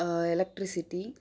electricity